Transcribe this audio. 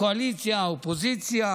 הקואליציה, האופוזיציה